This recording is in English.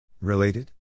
Related